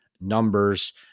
numbers